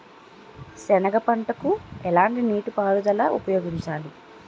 సెనగ పంటకు ఎలాంటి నీటిపారుదల ఉపయోగించాలి?